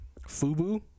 Fubu